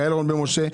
יעל רון בן משה,